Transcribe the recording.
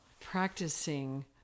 practicing